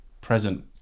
present